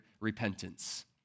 repentance